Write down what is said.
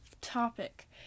topic